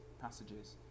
passages